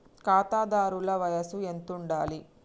ఖాతాదారుల వయసు ఎంతుండాలి?